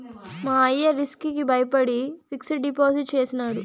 మా అయ్య రిస్క్ కి బయపడి ఫిక్సిడ్ డిపాజిట్ చేసినాడు